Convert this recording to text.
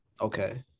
Okay